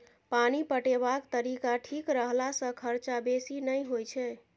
पानि पटेबाक तरीका ठीक रखला सँ खरचा बेसी नहि होई छै